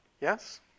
Yes